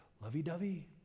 lovey-dovey